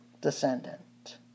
descendant